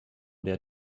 their